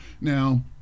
Now